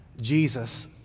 Jesus